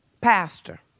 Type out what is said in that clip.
pastor